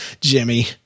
Jimmy